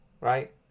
Right